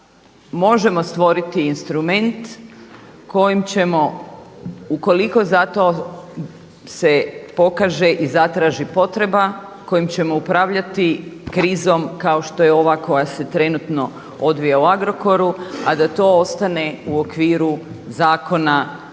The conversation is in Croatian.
možemo stvoriti instrument kojim ćemo ukoliko za to se pokaže i zatraži potreba kojim ćemo upravljati krizom kao što je ova koja se trenutno odvija u Agrokoru, a da to ostane u okviru zakona,